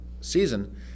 season